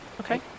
Okay